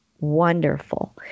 wonderful